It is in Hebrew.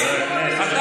שום ספק.